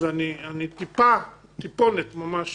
ואני טיפה ממש